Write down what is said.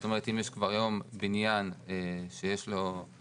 זאת אומרת אם יש כבר היום בניין שיש לו תעסוקה,